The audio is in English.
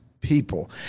people